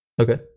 okay